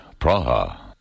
Praha